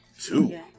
Two